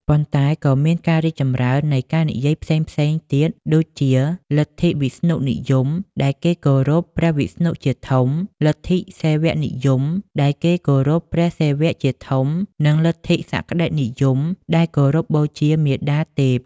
ប៉ុន្តែក៏មានការរីកចម្រើននៃនិកាយផ្សេងៗទៀត ដូចជា លទ្ធិវិស្ណុនិយម ដែលគោរពព្រះវិស្ណុជាធំ លទ្ធិសិវនិយម ដែលគោរពព្រះសិវៈជាធំ និង លទ្ធិសក្តិនិយម ដែលគោរពបូជាមាតាទេព។